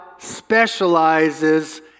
specializes